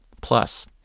Plus